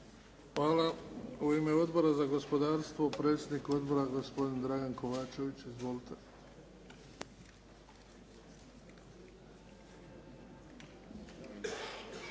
Hvala. U ime Odbora za gospodarstvo, predsjednik Odbora gospodin Dragan Kovačević. Izvolite.